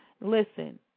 Listen